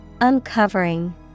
uncovering